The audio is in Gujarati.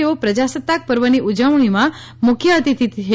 તેઓ પ્રજાસત્તાક પર્વની ઉજવણીમાં મુખ્યઅતિથી છે